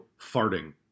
farting